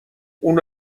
اون